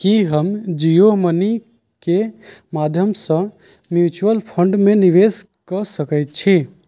की हम जियो मनीके माध्यमसँ म्यूचुअल फंडमे निवेश कऽ सकैत छी